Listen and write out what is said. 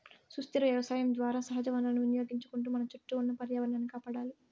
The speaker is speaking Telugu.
సుస్థిర వ్యవసాయం ద్వారా సహజ వనరులను వినియోగించుకుంటూ మన చుట్టూ ఉన్న పర్యావరణాన్ని కాపాడాలి